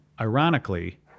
Ironically